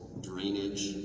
drainage